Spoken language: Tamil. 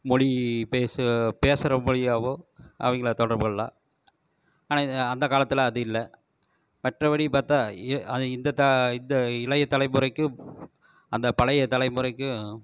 மொழி பேசு பேசுகிற மொழியாவோ அவங்களை தொடர்பு கொள்ளலாம் ஆனால் அந்த காலத்தில் அது இல்லை மற்றபடி பார்த்தா இந்த அ இந்த இளைய தலைமுறைக்கும் அந்த பழைய தலைமுறைக்கும்